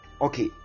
Okay